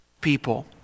people